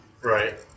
Right